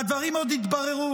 והדברים עוד יתבררו.